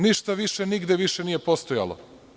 Ništa više, nigde više nije postojalo.